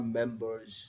members